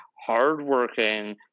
hardworking